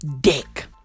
dick